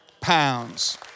pounds